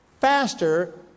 faster